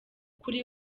kuri